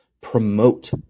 promote